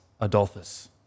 Adolphus